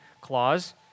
clause